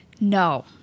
No